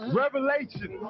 revelation